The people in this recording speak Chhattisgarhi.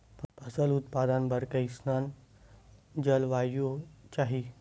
फसल उत्पादन बर कैसन जलवायु चाही?